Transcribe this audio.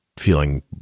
feeling